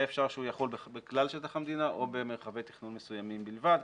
אפשר שהוא יחול בכלל שטח המדינה או במרחבי תכנון מסוימים בלבד.